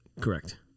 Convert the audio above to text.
Correct